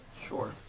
Sure